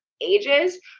ages